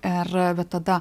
ir vat tada